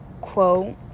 quote